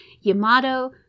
Yamato